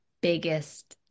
biggest